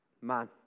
man